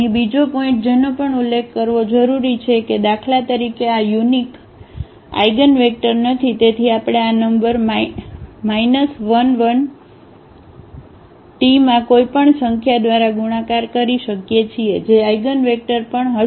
અહીં બીજો પોઇન્ટ જેનો પણ ઉલ્લેખ કરવો જરૂરી છે કે દાખલા તરીકે આ યુનિક આઇગનવેક્ટર નથી તેથી આપણે આ નંબર 1 1Tમાં કોઈપણ સંખ્યા દ્વારા ગુણાકાર કરી શકીએ છીએ જે આઇગનવેક્ટર પણ હશે